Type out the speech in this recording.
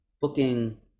booking